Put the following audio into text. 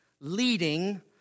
leading